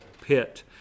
pit